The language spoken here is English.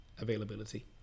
availability